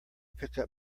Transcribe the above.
pickup